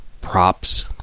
props